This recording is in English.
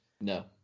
no